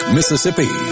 Mississippi